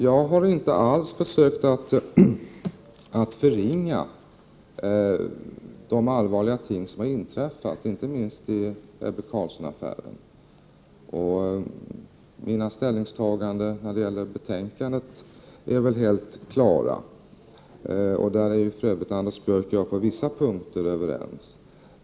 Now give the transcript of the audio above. Jag har inte alls försökt förringa de allvarliga ting som har inträffat, inte minst i Ebbe Carlsson-affären. Mina ställningstaganden när det gäller betänkandet är väl helt klara. Där är ju för övrigt Anders Björck och jag på vissa punkter överens.